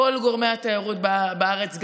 כל גורמי התיירות בארץ,